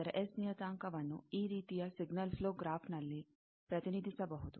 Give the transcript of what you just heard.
ಆದರ ಎಸ್ ನಿಯತಾಂಕವನ್ನು ಈ ರೀತಿಯ ಸಿಗ್ನಲ್ ಪ್ಲೋ ಗ್ರಾಫ್ ನಲ್ಲಿ ಪ್ರತಿನಿಧಿಸಬಹುದು